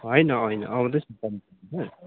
होइन होइन आउँदैछ